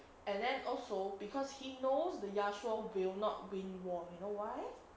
and then also because he knows the yasuo will not bring wand you know why